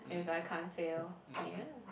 mm mm